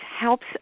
helps